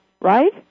right